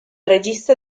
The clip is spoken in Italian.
regista